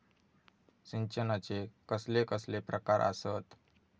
सिंचनाचे कसले कसले प्रकार आसत?